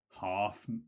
half